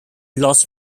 lost